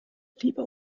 lieber